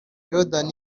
jordan